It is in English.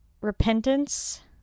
repentance